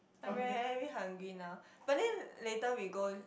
I'm very hungry now but then later we go